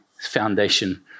foundation